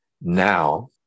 now